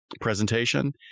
presentation